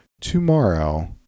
tomorrow